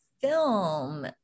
film